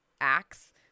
acts